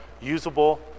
usable